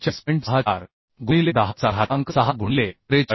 64 गुणिले 10चा घातांक 6 गुणिले 43